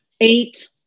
eight